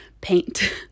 paint